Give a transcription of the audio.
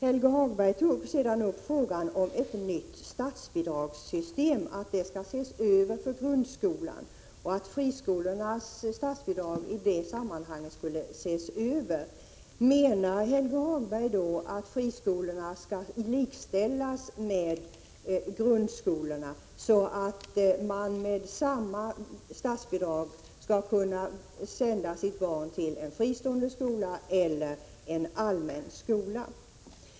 Helge Hagberg tog sedan upp frågan om ett nytt statsbidragssystem för grundskolan och menade att friskolornas statsbidrag i det sammanhanget skulle ses över. Menar Helge Hagberg då att friskolorna skall likställas med grundskolorna, så att man med samma statsbidrag skall kunna sända sitt barn till en fristående skola eller en allmän skola?